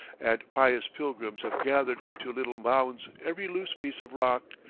and pious pilgrims have gathered into little mounds every loose piece of rock,